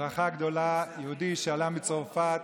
ברכה גדולה, יהודי שעלה מצרפת,